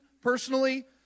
personally